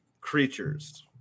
creatures